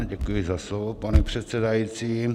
Děkuji za slovo, pane předsedající.